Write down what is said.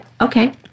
Okay